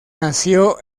nació